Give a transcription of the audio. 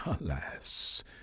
Alas